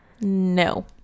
no